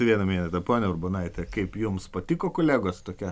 vieną mėnesį ponia urbonaite kaip jums patiko kolegos tokia